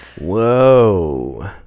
Whoa